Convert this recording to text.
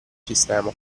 sistema